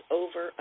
over